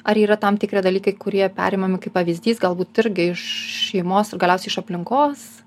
ar yra tam tikri dalykai kurie perimami kaip pavyzdys galbūt irgi iš šeimos ir galiausiai iš aplinkos